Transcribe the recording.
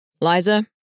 Liza